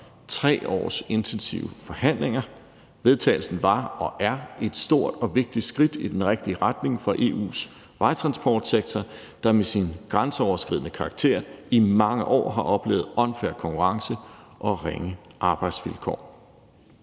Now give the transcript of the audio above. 3 års intensive forhandlinger. Vedtagelsen var og er et stort og vigtigt skridt i den rigtige retning for EU's vejtransportsektor, der med sin grænseoverskridende karakter i mange år har oplevet unfair konkurrence og ringe arbejdsvilkår.